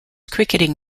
cricketing